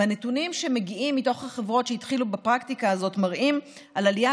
הנתונים שמגיעים מתוך החברות שהתחילו בפרקטיקה הזאת מראים עלייה